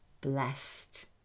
blessed